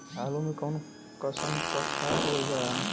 आलू मे कऊन कसमक खाद देवल जाई?